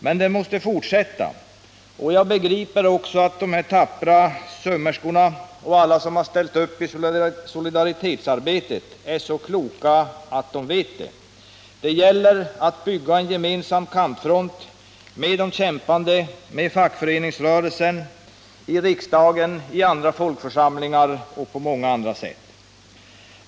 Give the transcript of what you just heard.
Men kampen måste fortsätta, och jag begriper också att dessa tappra sömmerskor och alla som har ställt upp i solidaritetsarbetet är så kloka att de vet detta. Det gäller att bygga en gemensam kampfront med de kämpande, med fackföreningsrörelsen, i riksdagen, i andra folkförsamlingar och på många andra sätt.